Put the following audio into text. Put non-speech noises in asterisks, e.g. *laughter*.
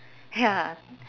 *laughs* ya